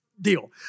deal